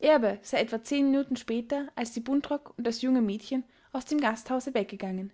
erbe sei etwa zehn minuten später als die buntrock und das junge mädchen aus dem gasthause weggegangen